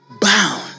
bound